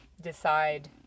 decide